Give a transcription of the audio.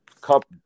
Cup